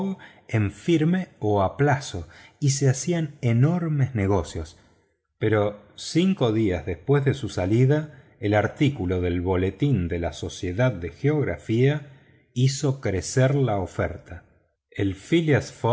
en firme o a plazo y se hacían enormes negocios pero cinco días después de su salida el artículo del boletín de la sociedad de geografía hizo crecer las ofertas el